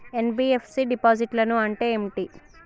NBFC డిపాజిట్లను అంటే ఏంటి?